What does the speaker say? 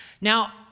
Now